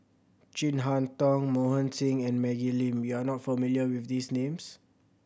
Chin Harn Tong Mohan Singh and Maggie Lim you are not familiar with these names